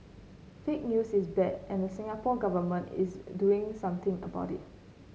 fake news is bad and the Singapore Government is doing something about it